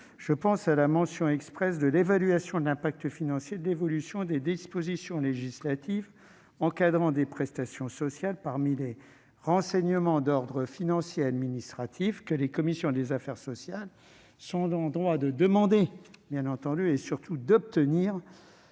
Je pense à la mention expresse de l'évaluation des effets financiers de l'évolution des dispositions législatives encadrant des prestations sociales parmi les renseignements d'ordre financier et administratif que les commissions des affaires sociales sont en droit de demander et, surtout, d'obtenir